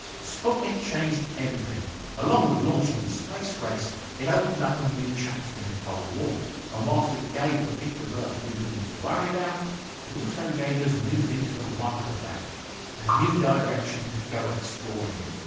sputnik changed everything along with launching the space race it opened up a new chapter in the cold war and whilst it gave the people of earth new things to worry about it also gave us new things to wonder about a new direction to go exploring in.